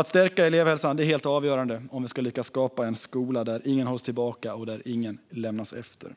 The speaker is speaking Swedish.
Att stärka elevhälsan är helt avgörande för om vi ska lyckas skapa en skola där ingen hålls tillbaka och ingen lämnas efter.